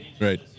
right